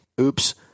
oops